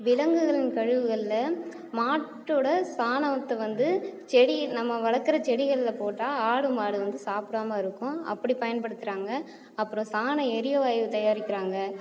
விலங்குகளின் கழிவுகளில் மாட்டோடய சாணத்தை வந்து செடி நம்ம வளர்க்கற செடிகளில் போட்டால் ஆடு மாடு வந்து சாப்பிடாம இருக்கும் அப்படி பயன்படுத்துகிறாங்க அப்புறம் சாண எரிவாயு தயாரிக்கிறாங்க